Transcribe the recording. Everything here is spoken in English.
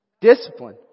Discipline